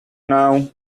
now